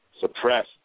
suppress